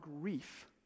grief